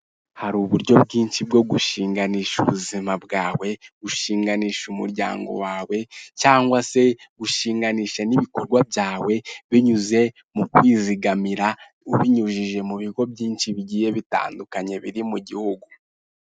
Hari uburyo bwinshi bwo gushinganisha ubuzima bwawe, umuryango wawe, cyangwa se gushinganisha ibikorwa byawe binyuze mu kwizigamira, ubifashijwemo n’ibigo bitandukanye by’ubwishingizi biri mu gihugu.